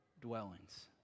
dwellings